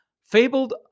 fabled